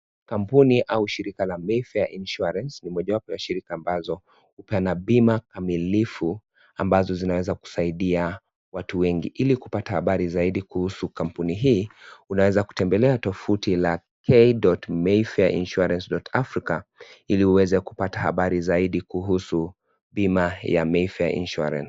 Kampuni au shirika la Meifare insurance ni mojawapo ya shirika ambalo hupeana bima kamilifu ambazo zinaweza kusaidia watu wengi. Ili kupata habari zaidi kuhusu kampuni hii unaweza kutembelea tovuti la k.meifareinsurance. africa ili uweze kupata habari zaidi kuhusu bima ya Meifare insurance.